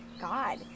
God